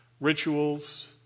rituals